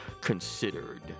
considered